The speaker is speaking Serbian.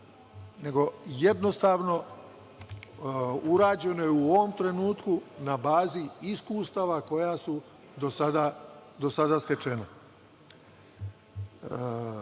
nego je jednostavno urađeno je u ovom trenutku na bazi iskustava koja su do sada stečena. Mislim,